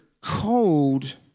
cold